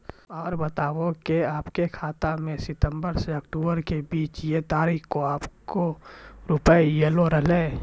और बतायब के आपके खाते मे सितंबर से अक्टूबर के बीज ये तारीख के आपके के रुपिया येलो रहे?